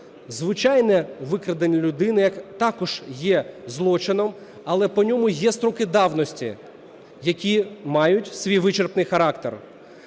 звичайне викрадення людини, яке також є злочином, але по ньому є строки давності, які мають свій вичерпний характер.